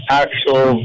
actual